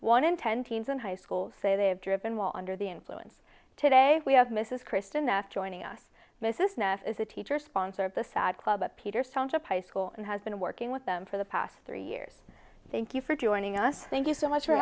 one in ten thousand high school say they have driven while under the influence today we have mrs kristen f joining us mrs neff is a teacher sponsor of the sad club at peters township high school and has been working with them for the past three years thank you for joining us thank you so much for